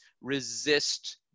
resist